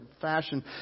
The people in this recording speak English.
fashion